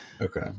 Okay